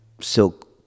silk